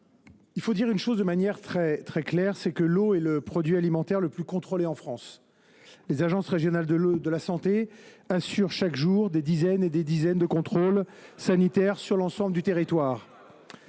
il faut le dire de manière très claire, l’eau est le produit alimentaire le plus contrôlé en France. Les agences régionales de santé (ARS) assurent chaque jour des dizaines et des dizaines de contrôles sanitaires sur l’ensemble du territoire.